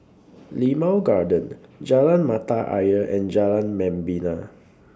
Limau Garden Jalan Mata Ayer and Jalan Membina